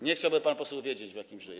Nie chciałby pan poseł wiedzieć, w jakim żyję.